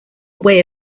way